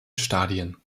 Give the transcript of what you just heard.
stadien